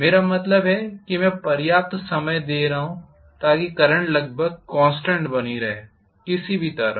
मेरा मतलब है कि मैं पर्याप्त समय दे रहा हूं ताकि करंट लगभग कॉन्स्टेंट बनी रहे किसी भी तरह